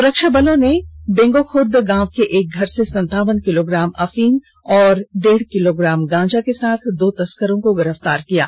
सुरक्षा बलों ने बेंगोखर्द गांव के एक घर से संतावन किलोग्राम अफीम और डेढ किलोग्राम गांजा के साथ दो तस्करों को गिरफ्तार किया है